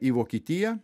į vokietiją